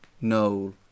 Noel